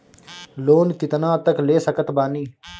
Loan कितना तक ले सकत बानी?